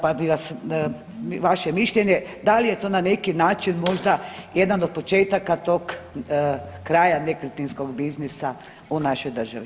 Pa bih vas, vaše mišljenje da li je to na neki način možda jedan od početaka tog kraja nekretninskog biznisa u našoj državi.